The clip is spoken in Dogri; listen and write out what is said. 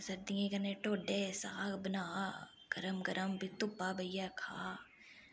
सर्दियें च कन्नै टोडे साग बना गर्म गर्म फ्ही धुप्पा बेहियै खा